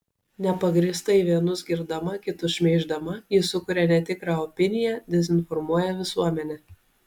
nepagrįstai vienus girdama kitus šmeiždama ji sukuria netikrą opiniją dezinformuoja visuomenę